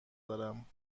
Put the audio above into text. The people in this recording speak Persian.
دارم